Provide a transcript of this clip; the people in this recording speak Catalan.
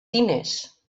diners